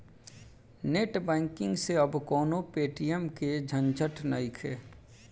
net banking से अब कवनो पेटीएम के झंझट नइखे